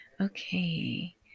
Okay